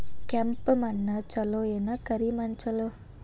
ಕೆಂಪ ಮಣ್ಣ ಛಲೋ ಏನ್ ಕರಿ ಮಣ್ಣ ಛಲೋ?